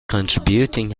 contributing